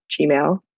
gmail